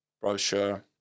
brochure